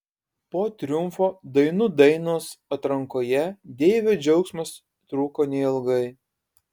po triumfo dainų dainos atrankoje deivio džiaugsmas truko neilgai